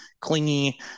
clingy